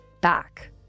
back